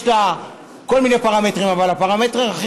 יש לה כל מיני פרמטרים אבל הפרמטר הכי